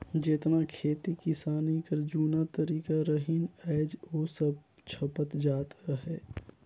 जेतना खेती किसानी कर जूना तरीका रहिन आएज ओ सब छपत जात अहे